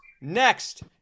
Next